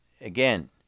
again